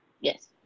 Yes